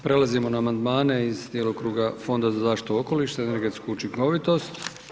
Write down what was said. Prelazimo na amandmane iz djelokruga Fonda za zaštitu okoliša i energetsku učinkovitost.